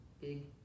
big